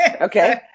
Okay